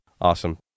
Awesome